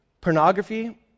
pornography